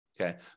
Okay